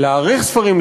להעריך ספרים,